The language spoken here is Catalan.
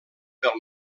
pel